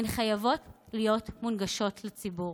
הן חייבות להיות מונגשות לציבור,